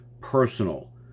personal